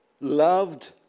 loved